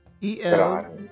E-L